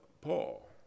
Paul